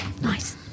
Nice